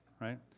right